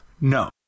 No